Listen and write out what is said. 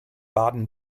baden